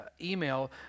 email